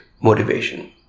motivation